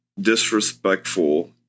disrespectful